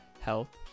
health